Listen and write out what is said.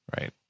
right